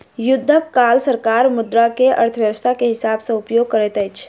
युद्धक काल सरकार मुद्रा के अर्थव्यस्था के हिसाब सॅ उपयोग करैत अछि